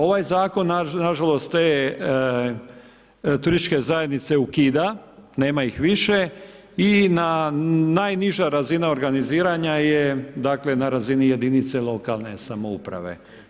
Ovaj zakon nažalost te turističke zajednice ukida, nema ih više i na najniža razina organiziranja je dakle na razini jedinice lokalne samouprave.